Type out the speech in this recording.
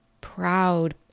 proud